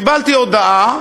קיבלתי הודעה,